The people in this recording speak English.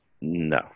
No